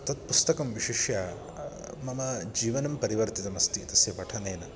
तत् पुस्तकं विशिष्य मम जीवनं परिवर्तितमस्ति तस्य पठनेन